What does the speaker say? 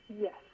yes